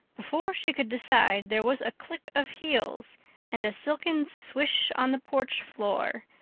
before she could decide there was a click of heels and a silken swish on the porch floor,